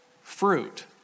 fruit